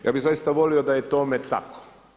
Ja bih zaista volio da je tome tako.